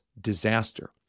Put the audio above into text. disaster